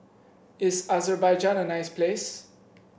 is Azerbaijan a nice place